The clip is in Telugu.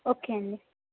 ఓకే అండి